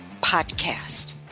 podcast